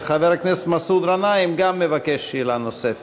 וחבר הכנסת מסעוד גנאים גם מבקש שאלה נוספת.